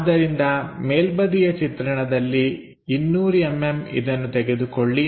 ಆದ್ದರಿಂದ ಮೇಲ್ಬದಿಯ ಚಿತ್ರಣದಲ್ಲಿ 200mm ಇದನ್ನು ತೆಗೆದುಕೊಳ್ಳಿ